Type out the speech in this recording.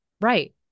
right